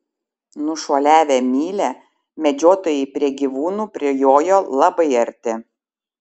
nušuoliavę mylią medžiotojai prie gyvūnų prijojo labai arti